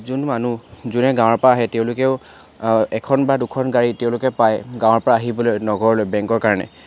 যোন মানুহ যোনে গাঁৱৰ পৰা আহে তেওঁলোকেও এখন বা দুখন গাড়ী তেওঁলোকে পায় গাঁৱৰ পৰা আহিবলৈ নগৰলৈ বেংকৰ কাৰণে